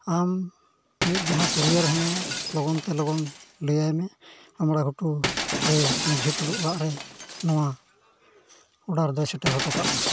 ᱟᱢ ᱟᱢᱤᱡ ᱡᱟᱦᱟᱸ ᱠᱩᱨᱤᱭᱟᱨ ᱢᱮᱱᱟᱭᱟ ᱞᱚᱜᱚᱱ ᱛᱮ ᱞᱚᱜᱚᱱ ᱞᱟᱹᱭᱟᱭ ᱢᱮ ᱟᱢᱲᱟ ᱜᱷᱩᱴᱩ ᱨᱮ ᱢᱟᱹᱡᱷᱤ ᱴᱩᱰᱩ ᱚᱲᱟᱜ ᱨᱮ ᱱᱚᱣᱟ ᱚᱰᱟᱨ ᱫᱚᱭ ᱥᱮᱴᱮᱨ ᱦᱚᱴᱚ ᱠᱟᱜ ᱢᱟ